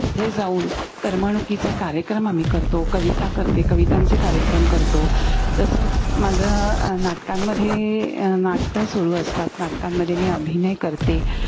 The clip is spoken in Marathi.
तिथे जाऊन करमणुकीचे कार्यक्रम आम्ही करतो कविता करते कवितांचे कार्यक्रम करतो तसंच माझं नाटकांमध्ये नाटकं सुरू असतात नाटकांमध्ये मी अभिनय करते